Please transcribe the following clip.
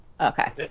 Okay